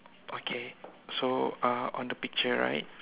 okay so uh on the picture right